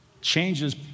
changes